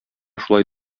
шулай